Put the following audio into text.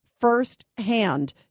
firsthand